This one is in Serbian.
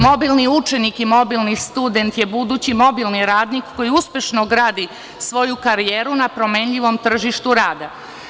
Mobilni učenik i mobilni student je budući mobilni radnik koji uspešno gradi svoju karijeru na promenljivom tržištu rada.